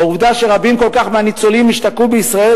העובדה שרבים כל כך מהניצולים השתקעו בישראל